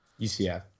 UCF